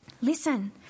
Listen